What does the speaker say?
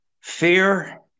fear